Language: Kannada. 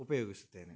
ಉಪಯೋಗಿಸುತ್ತೇನೆ